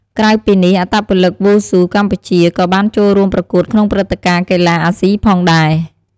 ក្រៅពីនេះអត្តពលិកវ៉ូស៊ូកម្ពុជាក៏បានចូលរួមប្រកួតក្នុងព្រឹត្តិការណ៍កីឡាអាស៊ីផងដែរ។